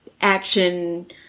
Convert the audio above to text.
action